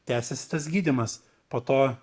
tęsėsi tas gydymas po to